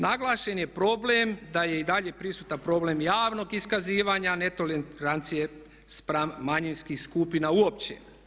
Naglašen je problem da je i dalje prisutan program javnog iskazivanja, ne tolerancije spram manjinskih skupina uopće.